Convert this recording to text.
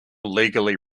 legally